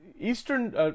Eastern